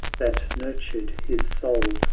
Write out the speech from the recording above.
that nurtured his soul,